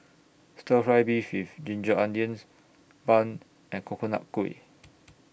Stir Fried Beef with Ginger Onions Bun and Coconut Kuih